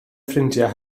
ffrindiau